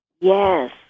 Yes